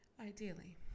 Ideally